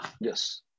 Yes